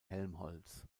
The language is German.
helmholtz